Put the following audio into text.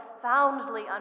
profoundly